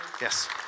yes